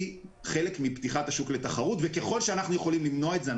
חלק מפתיחת השוק תחרות וככל שאנחנו יכולים למנוע את זה,